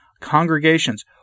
congregations